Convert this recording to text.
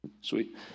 Sweet